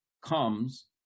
comes